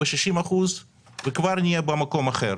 ב-60% וכבר נהיה במקום אחר.